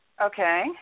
Okay